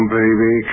baby